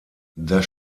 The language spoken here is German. das